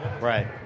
Right